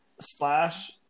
slash